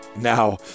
Now